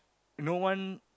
no one